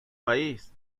país